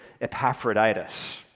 Epaphroditus